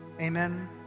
Amen